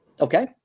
okay